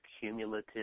cumulative